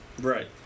Right